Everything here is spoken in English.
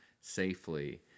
safely